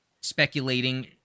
speculating